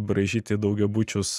braižyti daugiabučius